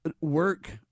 work